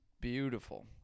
beautiful